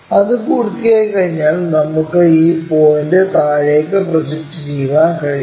അത് പൂർത്തിയാക്കിക്കഴിഞ്ഞാൽ നമുക്ക് ഈ പോയിന്റ് താഴേക്ക് പ്രൊജക്റ്റ് ചെയ്യാൻ കഴിയും